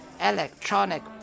electronic